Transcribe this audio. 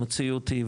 המציאות היא,